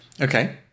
Okay